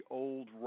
old